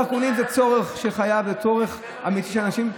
דרכונים הם צורך אמיתי של אנשים,